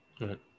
right